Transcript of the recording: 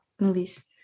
movies